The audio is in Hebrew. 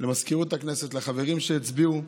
למזכירות הכנסת, לחברים שהצביעו.